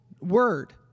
word